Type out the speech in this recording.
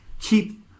Keep